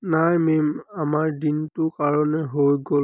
নাই মেম আমাৰ দিনটোৰ কাৰণে হৈ গ'ল